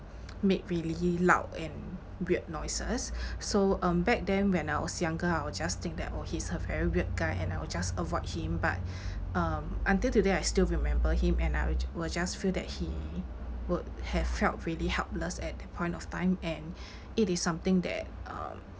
made really loud and weird noises so um back then when I was younger I will just think that oh he's a very weird guy and I will just avoid him but um until today I still remember him and I will will just feel that he would have felt really helpless at that point of time and it is something that um